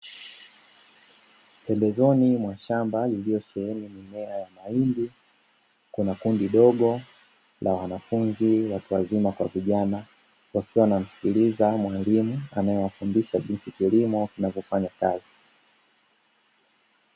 Pembezoni mwa shamba lililosheheni mimea ya mahindi, kuna kundi dogo la wanafunzi watu wazima kwa vijana, wakiwa wanamskiliza mwalimu akiwafundisha jinsi Kilimo kinavyofanya kazi.